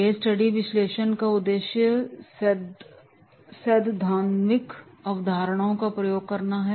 case study और विश्लेषण का उद्देश्य सैद्धांतिक अवधारणाओं का प्रयोग करना है